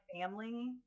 family